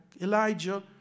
Elijah